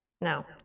No